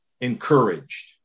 encouraged